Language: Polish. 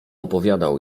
opowiadał